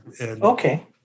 Okay